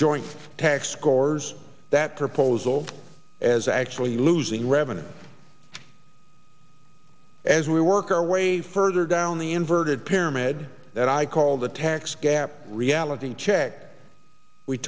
joint tax corps that proposal as actually losing revenue as we work our way further down the inverted pyramid that i call the tax gap reality check we